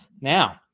now